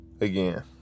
again